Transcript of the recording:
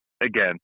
again